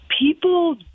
People